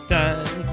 time